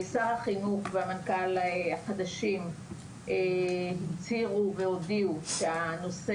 שר החינוך והמנכ״ל החדשים הודיעו שהנושא